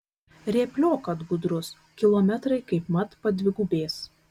rėpliok kad gudrus kilometrai kaip mat padvigubės